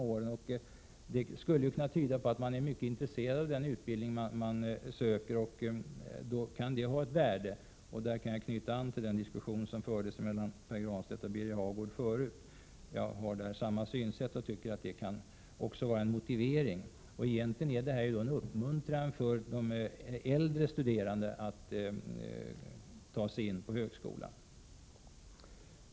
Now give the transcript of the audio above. Det skulle ju också kunna tyda på att man är mycket intresserad av den 17 Prot. 1987/88:130 utbildning man söker, och då kan detta ha ett värde. På den punkten kan jag knyta an till den diskussion som Pär Granstedt förde med Birger Hagård förut. Jag har där samma synsätt. Egentligen är ju det här en uppmuntran för de äldre studerande att söka sig till högskolan.